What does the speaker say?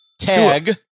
tag